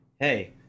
hey